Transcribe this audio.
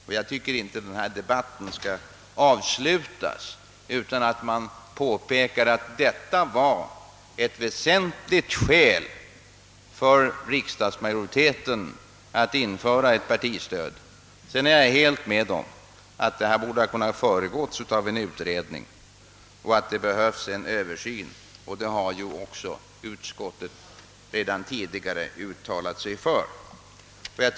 Denna debatt bör inte avslutas utan att det påpekas att detta var ett väsentligt skäl för riksdagsmajoriteten då den beslöt införa ett partistöd. Sedan är jag helt överens om att beslutet borde ha kunnat föregås av en utredning och att det behövs en översyn. Utskottet har redan tidigare uttalat sig för en sådan.